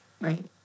Right